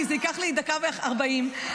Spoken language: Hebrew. כי זה ייקח לי בערך דקה ו-40 שניות.